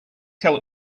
tell